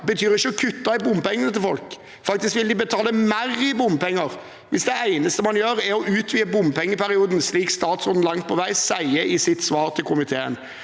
betyr jo ikke å kutte i bompengene til folk. Faktisk vil de betale mer i bompenger hvis det eneste man gjør, er å utvide bompengeperioden, slik statsråden langt på vei sier i sitt svar til komiteen.